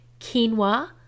quinoa